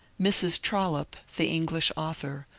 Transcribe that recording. mrs. trollope, the english author,